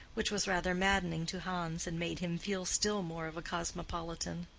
which was rather maddening to hans and made him feel still more of a cosmopolitan.